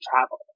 travel